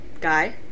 guy